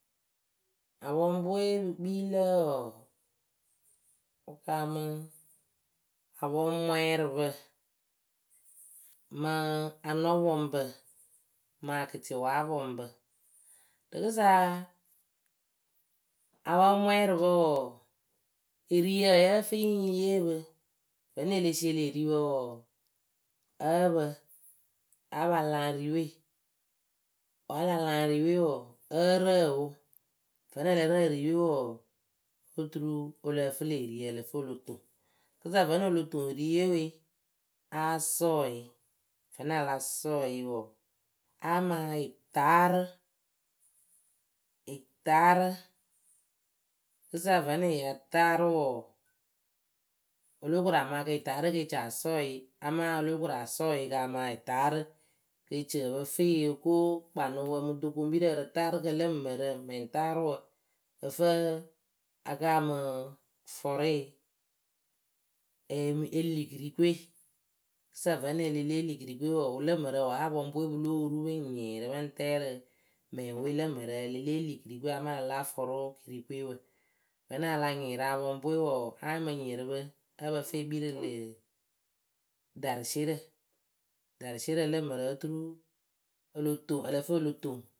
Apɔŋpɨwe pɨ kpii lǝ wɔɔ, pɨ kaamɨ apɔŋmwɛɛrɨpǝ mɨ anɔpɔŋpǝ mɨ akɩtɩwaapɔŋpǝ, rɨkɨsa, apɔŋmwɛɛrɨpǝ wɔɔ, eriyǝ ǝ yǝ́ǝ fɨ yɨ ŋ yee pɨ. Vǝ́nɨŋ e le sie lë riwǝ wɔɔ, ǝ́ǝ pǝ áa pa laŋ riwe. Wǝ́ a la laŋ riwe wɔɔ, ǝ́ǝ rǝǝ wʊ, vǝ́nɨŋ ǝ lǝ rǝǝ riwe wɔɔ, oturu o lǝ fɨ lë eriyǝ ǝ lǝ fɨ o lo toŋ, kɨsa vǝ́nɨŋ o lo toŋ eriye we, áa sɔɔ yɨ vǝ́nɨŋ a la sɔɔ yɨ wɔɔ, áa maa yɨ taarɨ, yɨ taarɨ. kɨsa vǝ́nɨŋ ya taarɨ wɔɔ, o lóo koru a maa kɨ yɨ taarɨ kɨ e ci asɔɔ yɨ, amaa o lóo koru asɔɔ yɨ kɨ a maa yɨ taarɨ kɨ e ci ǝ pǝ fɨ yɨ o ko kpanɨwǝ mɨ ɖokoŋpirǝ ǝrɨtaarɨkǝ lǝ mǝrǝ mɛŋtaarɨwǝ ǝ fǝǝ a ka amɨ fɔrɩɩ ee mɨ e li kɨrikɨwe kɨsa vǝ́nɨŋ e le lée li kɨrikɨwe wɔɔ, wɨlǝ mǝrǝ wǝ́ apɔŋpɨwe pɨ lóo ru pɨ ŋ nyɩɩrɩ pɨ ŋ tɛɛ rɨ mɛŋwe lǝ mǝrǝ e le lée li kɨrikɨwe amaa a ya láa fɔrʊ kɨrikɨwe wǝ. Vǝ́nɨŋ a la nyɩɩrɩ apɔŋpɨwe wɔɔ, áa mɨ nyɩɩrɩ pɨ ǝ́ǝ pǝ fɨ e kpii rɨ ee ɖarɨsierǝ ɖarɨsierǝ lǝ mǝrǝ oturuu o lo toŋ, ǝ lǝ fɨ o lo toŋ